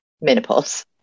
menopause